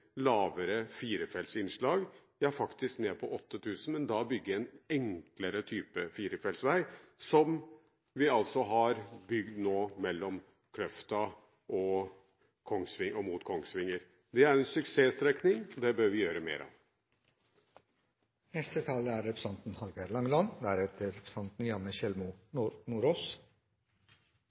lavere firefeltsinnslag, faktisk ned på 8 000 ÅDT, men da bygge en enklere type firefeltsvei, som den vi nå har bygd fra Kløfta mot Kongsvinger. Det er en suksesstrekning – det bør vi gjøre mer av. Det er